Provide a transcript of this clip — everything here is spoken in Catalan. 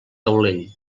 taulell